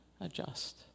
adjust